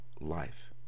life